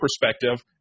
perspective